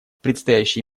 предстоящие